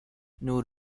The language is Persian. نور